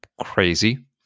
crazy